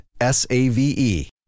s-a-v-e